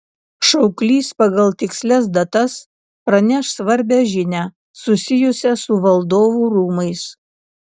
šauklys pagal tikslias datas praneš svarbią žinią susijusią su valdovų rūmais